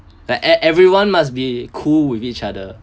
like e~ everyone must be cool with each other